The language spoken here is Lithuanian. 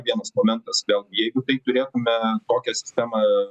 vienas momentas vėl jeigu tai turėtume kokią sistemą